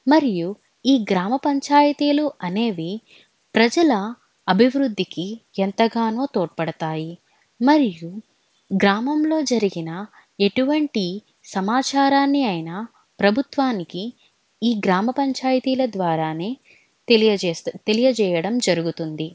మరియు ఈ గ్రామ పంచాయతీలు అనేవి ప్రజల అభివృద్ధికి ఎంతగానో తోడ్పడతాయి మరియు గ్రామంలో జరిగిన ఎటువంటి సమాచారాన్ని అయినా ప్రభుత్వానికి ఈ గ్రామ పంచాయతీల ద్వారానే తెలియజేయడం జరుగుతుంది